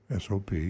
SOP